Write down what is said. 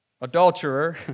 adulterer